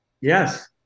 Yes